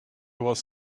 was